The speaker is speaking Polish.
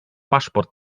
paszport